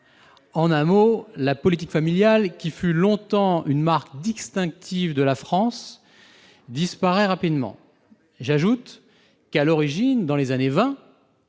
En un mot, la politique familiale, qui fut longtemps une marque distinctive de la France, disparaît rapidement. J'ajoute que, à l'origine, dans les années vingt,